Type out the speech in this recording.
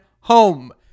home